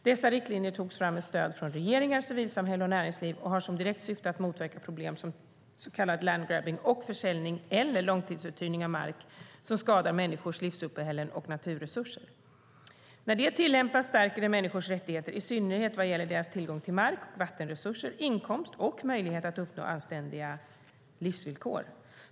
Dessa riktlinjer togs fram med stöd från regeringar, civilsamhälle och näringsliv och har som direkt syfte att motverka problem som till exempel så kallad landgrabbing och försäljning eller långtidsuthyrning av mark som skadar människors livsuppehälle och naturresurser. När de tillämpas stärker de människors rättigheter, i synnerhet vad gäller deras tillgång till mark och vattenresurser, inkomst och möjlighet att uppnå anständiga livsvillkor.